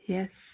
Yes